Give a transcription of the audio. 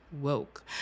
woke